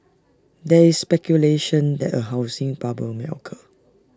there is speculation that A housing bubble may occur